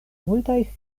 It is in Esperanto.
multaj